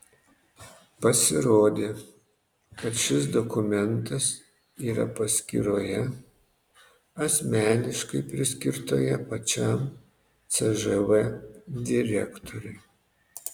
pasirodė kad šis dokumentas yra paskyroje asmeniškai priskirtoje pačiam cžv direktoriui